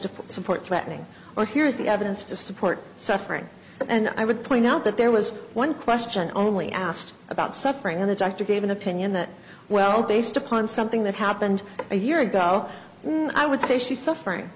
to support threatening or here's the evidence to support suffering and i would point out that there was one question only asked about suffering and the doctor gave an opinion that well based upon something that happened a year ago i would say she's suffering